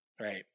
right